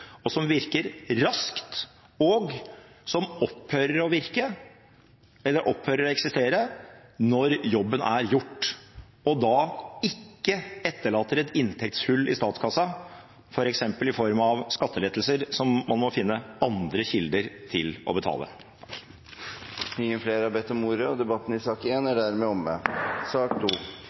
som virker raskt og opphører å eksistere når jobben er gjort, og som da ikke etterlater et inntektshull i statskassa, f.eks. i form av skattelettelser som man må finne andre kilder til å betale. Flere har ikke bedt om ordet til sak nr. 1. Ingen har bedt om ordet. I